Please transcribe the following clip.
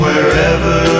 Wherever